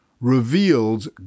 reveals